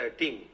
team